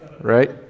Right